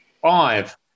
five